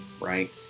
right